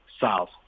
South